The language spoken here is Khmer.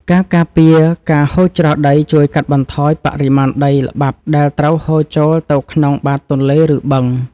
ការការពារការហូរច្រោះដីជួយកាត់បន្ថយបរិមាណដីល្បាប់ដែលត្រូវហូរចូលទៅក្នុងបាតទន្លេឬបឹង។ការការពារការហូរច្រោះដីជួយកាត់បន្ថយបរិមាណដីល្បាប់ដែលត្រូវហូរចូលទៅក្នុងបាតទន្លេឬបឹង។